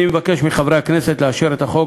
אני מבקש מחברי הכנסת לאשר את החוק.